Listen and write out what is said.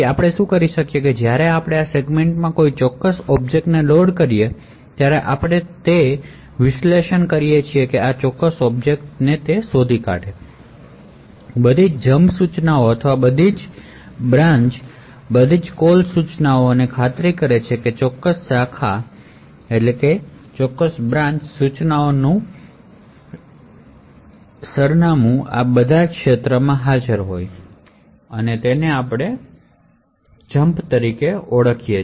તો આપણે શું કરીએ છીએ જ્યારે આપણે આ સેગમેન્ટમાં કોઈ ઑબ્જેક્ટને લોડ કરીએ ત્યારે આપણે તે ઓબ્જેક્ટને પાર્શ કરીએ છીએ અને તે ઑબ્જેક્ટની બધી જમ્પ ઇન્સટ્રકશનશ અથવા બધી બ્રાન્ચઓ બધી કોલ ઇન્સટ્રકશન શોધી કાઢીએ અને ખાતરી કરી કે તે બ્રાન્ચ ઇન્સટ્રકશનશનું ટાર્ગેટ સરનામું આ જ આ ક્ષેત્રમાં છે આપણે તેને લીગલ જંપ કહીયે છીયે